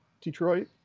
Detroit